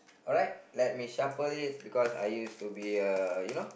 alright let me shuffle it because I used to be a you know